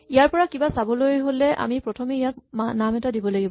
ইয়াৰ পৰা কিবা চাবলৈ হ'লে আমি প্ৰথমে ইয়াক নাম এটা দিব লাগিব